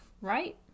right